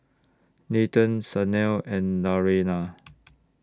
Nathan Sanal and Naraina